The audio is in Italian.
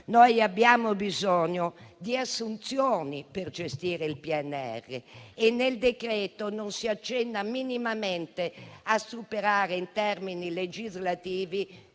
Noi abbiamo bisogno di assunzioni per gestire il PNRR e nel decreto non si accenna minimamente a superare, in termini legislativi,